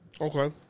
Okay